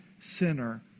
sinner